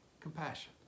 compassion